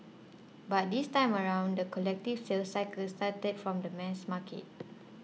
but this time around the collective sales cycle started from the mass market